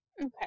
Okay